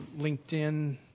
LinkedIn